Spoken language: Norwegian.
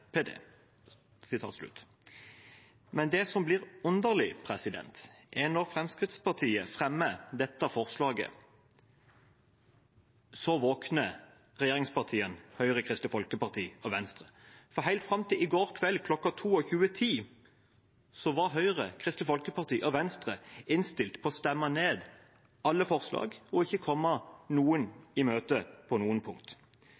Men det som blir underlig, er at når Fremskrittspartiet fremmer dette forslaget, våkner regjeringspartiene Høyre, Kristelig Folkeparti og Venstre. Helt fram til i går kveld kl. 22.10 var Høyre, Kristelig Folkeparti og Venstre innstilt på å stemme ned alle forslag og ikke komme noen i møte på noe punkt.